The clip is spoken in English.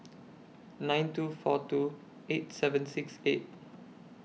nine two four two eight seven six eight